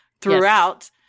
throughout